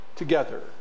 together